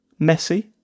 Messi